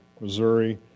Missouri